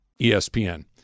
ESPN